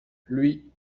lui